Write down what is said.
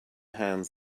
hands